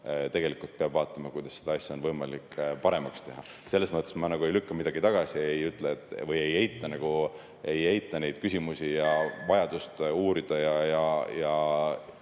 siis peab vaatama, kuidas seda asja on võimalik paremaks teha. Selles mõttes ma ei lükka midagi tagasi, ei ütle või ei eita neid küsimusi ja vajadust uurida ja